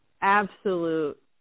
absolute